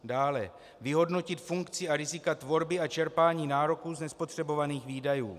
Dále, vyhodnotit funkci a rizika tvorby a čerpání nároků z nespotřebovaných výdajů.